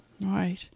Right